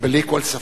בלי כל ספק.